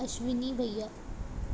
अश्विनी भईया